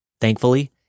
Thankfully